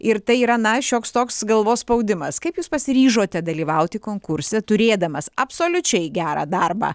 ir tai yra na šioks toks galvos spaudimas kaip jūs pasiryžote dalyvauti konkurse turėdamas absoliučiai gerą darbą